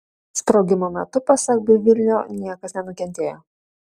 sprogimo metu pasak bivilio niekas nenukentėjo